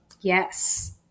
Yes